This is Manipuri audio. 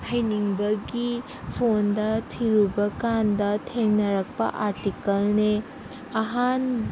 ꯍꯩꯅꯤꯡꯕꯒꯤ ꯐꯣꯟꯗ ꯊꯤꯔꯨꯕ ꯀꯥꯟꯗ ꯊꯦꯡꯅꯔꯛꯄ ꯑꯥꯔꯇꯤꯀꯜꯅꯦ ꯑꯍꯥꯟ